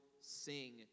sing